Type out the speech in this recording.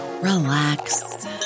relax